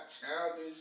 childish